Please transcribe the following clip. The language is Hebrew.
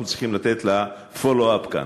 אנחנו צריכים לתת לה follow-up כאן.